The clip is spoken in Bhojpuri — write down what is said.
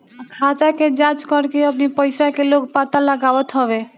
खाता के जाँच करके अपनी पईसा के लोग पता लगावत हवे